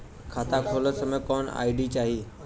खाता खोलत समय कौन आई.डी चाही?